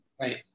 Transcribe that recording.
right